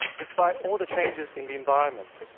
despite all the changes in the environment.